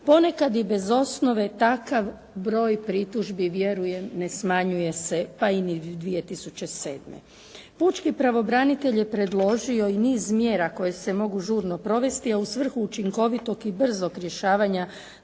ponekad i bez osnove takav broj pritužbi vjerujem ne smanjuje se pa ni u 2007. Pučki pravobranitelj je predložio i niz mjera koje se mogu žurno provesti a u svrhu učinkovitog i brzog rješavanja